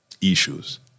issues